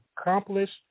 accomplished